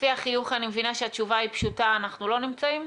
לפי החיוך אני מבינה שהתשובה היא פשוטה אנחנו לא נמצאים?